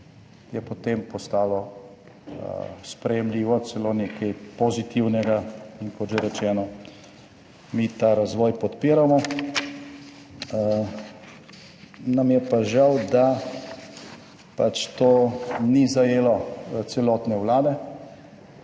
je potem postalo sprejemljivo, celo nekaj pozitivnega. In kot že rečeno, mi ta razvoj podpiramo. Nam je pa žal, da pač to ni zajelo celotne Vlade.